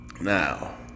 Now